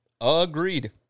Agreed